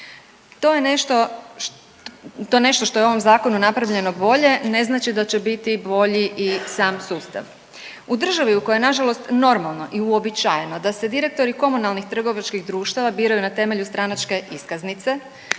to nešto što je u ovom zakonu napravljeno bolje ne znači da će biti bolji i sam sustav. U državi u kojoj je nažalost normalno i uobičajeno da se direktori komunalnih trgovačkih društava biraju na temelju stranačke iskaznice,